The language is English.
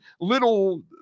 little